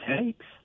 takes